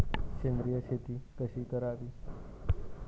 सेंद्रिय शेती कशी करावी?